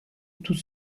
tout